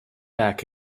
back